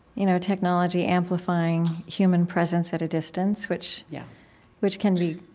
you know, technology amplifying human presence at a distance, which yeah which can be,